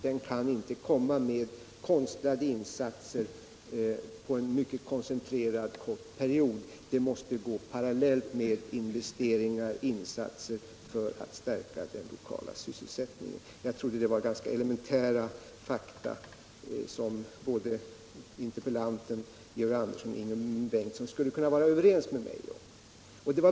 Den kan inte komma med konstlade insatser under en mycket koncentrerad turistperiod. Dessa insatser måste ske parallellt med insatser för att stärka den lokala sysselsättningen. Jag trodde att detta var ganska elementära fakta som interpellanten, Georg Andersson och Ingemund Bengtsson skulle kunna vara överens med mig om.